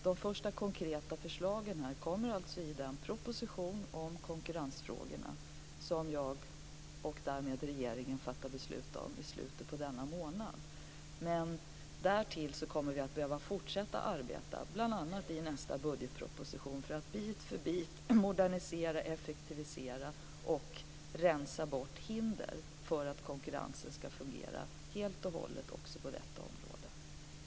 De första konkreta förslagen kommer alltså i den proposition om konkurrensfrågor som jag, och därmed regeringen, fattar beslut om i slutet på denna månad. Men vi kommer också att behöva fortsätta att arbeta, bl.a. i nästa budgetproposition, för att bit för bit modernisera, effektivisera och rensa bort hinder för att konkurrensen ska fungera helt och hållet också på detta område.